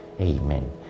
Amen